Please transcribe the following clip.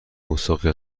گستاخی